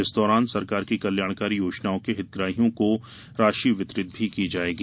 इस दौरान सरकार की कल्याणकारी योजनाओं के हितग्रॉहियों को राशि वितरित भी की जायेगी